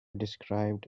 described